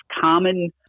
common